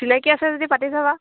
চিনাকি আছে যদি পাতি চাবা